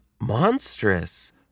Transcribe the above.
Monstrous